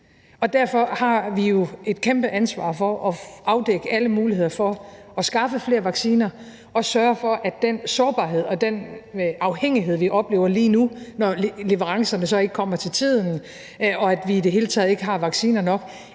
Derfor har vi jo et kæmpe ansvar for at afdække alle muligheder for at skaffe flere vacciner og sørge for, at den sårbarhed og den afhængighed, vi oplever lige nu, når leverancerne så ikke kommer til tiden, og når vi i det hele taget ikke har vacciner nok,